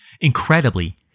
Incredibly